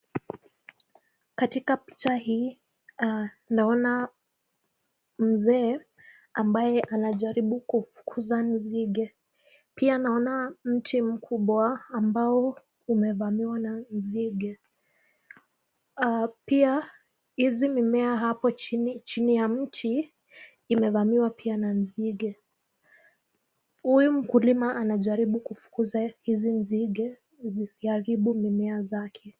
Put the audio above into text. Katika picha hii naona mzee ambaye anajaribu kufukuza nzige. Pia naona mti mkubwa ambao umevamiwa na nzige. Pia hizi mimea hapo chini ya mti imevamiwa pia na nzige. Huyu mkulima anajaribu kufukuza hizi nzige zisiharibu mimea zake.